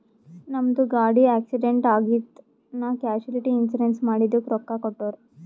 ನಮ್ದು ಗಾಡಿ ಆಕ್ಸಿಡೆಂಟ್ ಆಗಿತ್ ನಾ ಕ್ಯಾಶುಲಿಟಿ ಇನ್ಸೂರೆನ್ಸ್ ಮಾಡಿದುಕ್ ರೊಕ್ಕಾ ಕೊಟ್ಟೂರ್